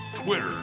Twitter